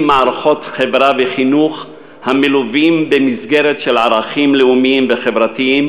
מערכות חברה וחינוך המלוות במסגרת של ערכים לאומיים וחברתיים